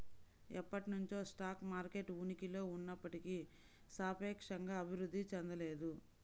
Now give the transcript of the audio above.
ఎప్పటినుంచో stock market ఉనికిలో ఉన్నప్పటికీ సాపేక్షంగా అభివృద్ధి చెందలేదు